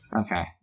Okay